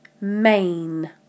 main